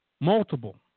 multiple